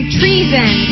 treason